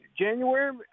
January